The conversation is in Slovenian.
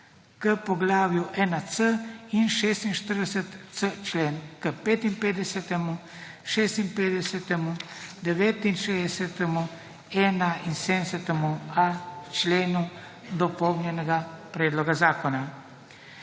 k poglavju 1.c in 46.c člen k 55., 56. 69., 71.a členu dopolnjenega predloga zakona.